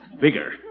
Bigger